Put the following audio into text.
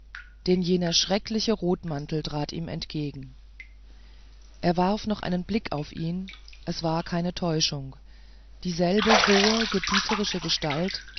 denn jener schreckliche rotmantel trat ihm entgegen er warf noch einen blick auf ihn es war keine täuschung dieselbe hohe gebietende gestalt